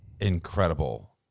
incredible